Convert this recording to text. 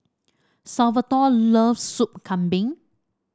Salvatore loves Sup Kambing